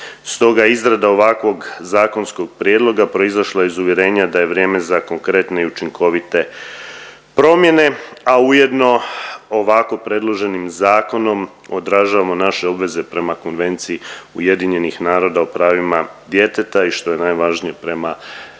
Stoga je izrada ovakvog zakonskog prijedloga proizašla iz uvjerenja da je vrijeme za konkretne i učinkovite promjene, a ujedno ovako predloženim zakonom odražavamo naše obveze prema Konvenciji UN-a o pravima djeteta i što je najvažnije prema